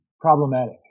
problematic